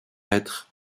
être